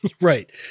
Right